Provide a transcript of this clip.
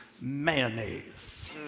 mayonnaise